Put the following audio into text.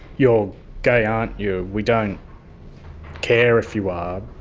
you're gay, aren't you? we don't care if you are,